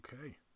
Okay